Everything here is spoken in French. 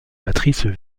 matrices